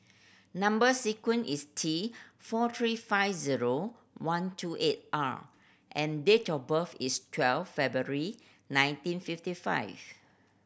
number sequence is T four three five zero one two eight R and date of birth is twelve February nineteen fifty five